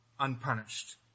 Unpunished